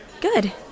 good